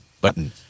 button